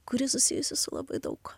kuri susijusi su labai daug